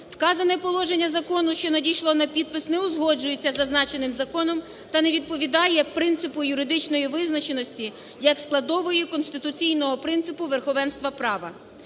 Вказане положення закону, що надійшло на підпис, не узгоджується із зазначеним законом та не відповідає принципу юридичної визначеності як складової конституційного принципу верховенства права.